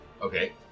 Okay